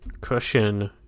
cushion